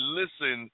listen